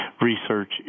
research